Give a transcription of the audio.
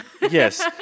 Yes